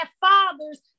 fathers